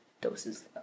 doses